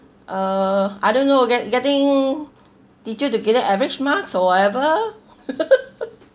uh I don't know get getting teacher to give them average marks or whatever